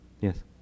Yes